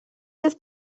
his